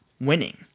winning